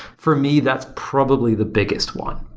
for me, that's probably the biggest one.